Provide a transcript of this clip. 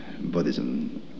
Buddhism